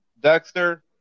Dexter